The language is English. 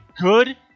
good